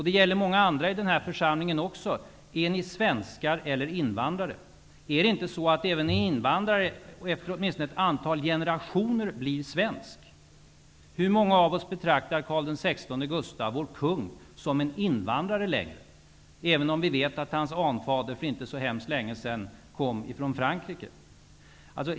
Det gäller många andra i den här församlingen också: Är ni svenskar eller invandrare? Är det inte så att även en invandrare efter åtminstone ett antal generationer blir svensk? Hur många av oss betraktar Carl XVI Gustaf, vår kung, som en invandrare, även om vi vet att hans anfader för inte så länge sedan kom från Frankrike?